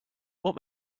what